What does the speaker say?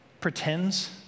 pretends